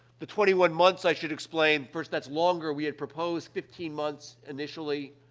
the twenty one months, i should explain first, that's longer. we had proposed fifteen months initially.